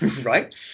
right